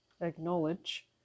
acknowledge